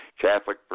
Catholic